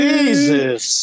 Jesus